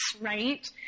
right